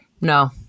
No